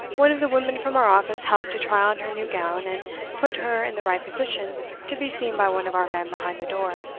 one of the women from our office helped to try on her new gown, and put her in the right position to be seen by one of our men behind the door.